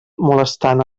molestant